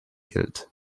gilt